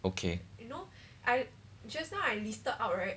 okay